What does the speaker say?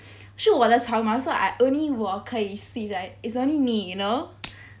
是我的床 mah so only 我可以睡在 is only me you know